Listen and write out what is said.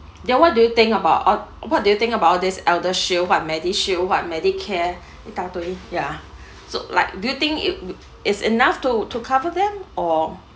then what do you think about uh what do you think about this eldershield what medishield what medicare 一大堆 yah so like do you think it is enough to to cover them or